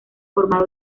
formado